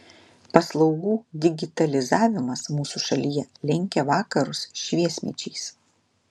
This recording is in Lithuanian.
paslaugų digitalizavimas mūsų šalyje lenkia vakarus šviesmečiais